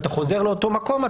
ואתה חוזר לאותו מקום,